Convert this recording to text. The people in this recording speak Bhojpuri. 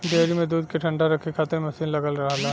डेयरी में दूध क ठण्डा रखे खातिर मसीन लगल रहला